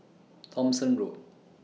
Thomson Road